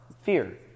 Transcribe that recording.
fear